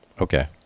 Okay